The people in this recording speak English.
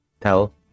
tell